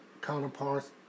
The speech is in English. counterparts